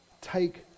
take